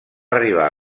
arribar